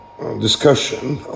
discussion